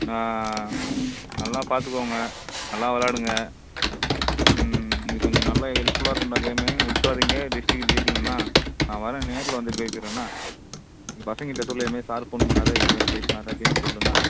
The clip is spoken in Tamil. ஆ நல்லா பார்த்துக்கோங்க நல்லா வெளாடுங்க ம் இது கொஞ்சம் நல்லா ஹெல்ப்ஃபுல்லாக இருக்கும்டா கேம் விட்றாதீங்க டிஸ்ட்ரிக்ட் ஜெயிக்கணும் என்னா நான் வரேன் நேரில் வந்து பேசிடறேன் என்ன நீ பசங்ககிட்ட சொல்லு இதுமாரி சார் ஃபோன் பண்ணிணாரு இதை மாரி பேசுனார் அப்படின்னு சொல்லு என்ன